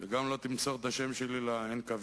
וגם לא תמסור את השם שלי ל-NKVD.